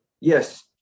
Yes